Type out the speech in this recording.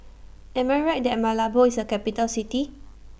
Am I Right that Malabo IS A Capital City